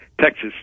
Texas